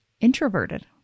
introverted